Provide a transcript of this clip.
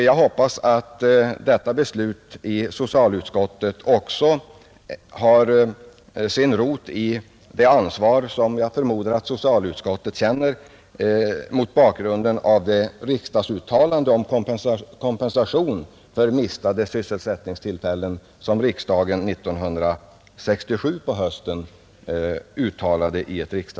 Jag hoppas att detta förslag av socialutskottet har sin rot i den känsla av ansvar som 1967 års riksdagsuttalande bör medföra när det gäller den kompensation för mistade sysselsättningstillfällen som ett bevarande av Vindelälven skulle innebära.